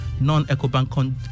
Non-Ecobank